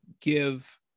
give